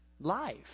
life